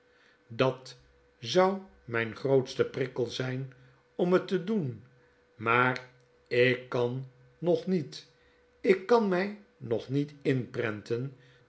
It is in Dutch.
dat zou myn grootste prikkel zijn om het te doen maar ik kan nog niet ik kan my nog niet inprenten